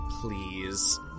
please